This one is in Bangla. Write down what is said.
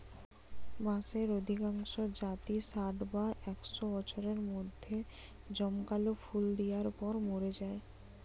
বাঁশের অধিকাংশ জাতই ষাট বা একশ বছরের মধ্যে জমকালো ফুল দিয়ার পর মোরে যায়